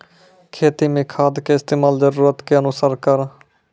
खेती मे खाद के इस्तेमाल जरूरत के अनुसार करऽ